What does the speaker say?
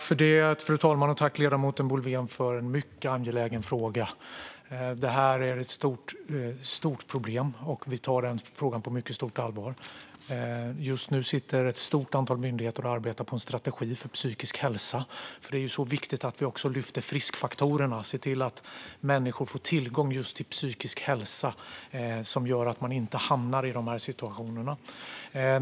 Fru talman! Tack, ledamoten Boulwén, för en mycket angelägen fråga! Detta är ett stort problem, och vi tar denna fråga på mycket stort allvar. Just nu sitter ett stort antal myndigheter och arbetar på en strategi för psykisk hälsa. Det är ju viktigt att vi också lyfter fram friskfaktorerna och ser till att människor får tillgång till psykisk hälsa, som gör att man inte hamnar i dessa situationer.